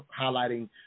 Highlighting